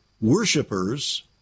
worshippers